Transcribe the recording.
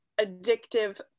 addictive